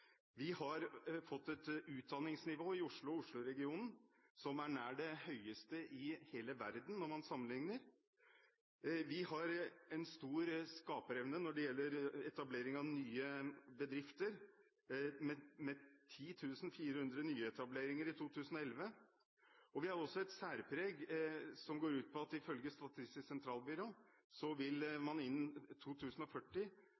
vi har fått et utdanningsnivå i Oslo og Oslo-regionen som er nær det høyeste i hele verden, og vi har stor skaperevne når det gjelder etablering av nye bedrifter, med 10 400 nyetableringer i 2011. Vi har også et særpreg som går ut på at innen 2040 vil, ifølge Statistisk sentralbyrå,